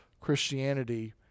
Christianity